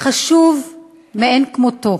חשוב מאין כמותו.